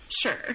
Sure